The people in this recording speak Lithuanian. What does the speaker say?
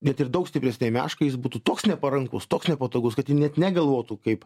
net ir daug stipresnei meškai jis būtų toks neparankus toks nepatogus kad ji net negalvotų kaip